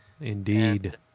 Indeed